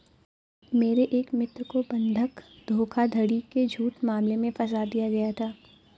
मेरे एक मित्र को बंधक धोखाधड़ी के झूठे मामले में फसा दिया गया था